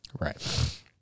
Right